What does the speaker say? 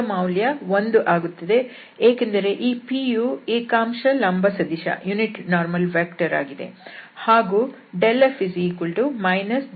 ಇದರ ಮೌಲ್ಯ 1 ಆಗುತ್ತದೆ ಏಕೆಂದರೆ ಈ pಯು ಏಕಾಂಶ ಲಂಬ ಸದಿಶ ವಾಗಿದೆ ಹಾಗೂ f gx gy1